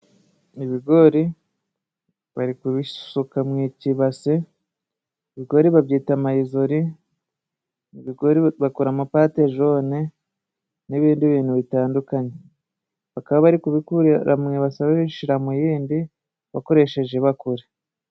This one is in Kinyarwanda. Ibigori bari kubisuka mu kibase, ibigori babyita mayizori, ibigori bakoramo patejone n'ibindi bintu bitandukanye. Bakaba bari kubikura mu base babishira mu y'indi bakoresheje ibakure.